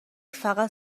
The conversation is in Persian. فقط